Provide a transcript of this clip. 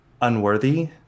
Unworthy